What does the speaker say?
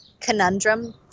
conundrum